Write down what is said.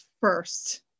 first